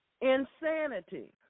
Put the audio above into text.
insanity